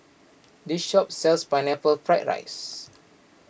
this shop sells Pineapple Fried Rice